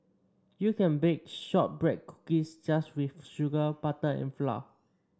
you can bake shortbread cookies just with sugar butter and flour